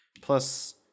plus